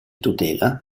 tutela